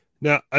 Now